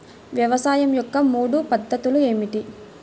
వ్యవసాయం యొక్క మూడు పద్ధతులు ఏమిటి?